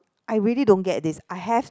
I really don't get this I have